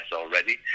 already